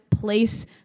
place